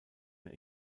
mehr